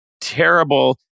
terrible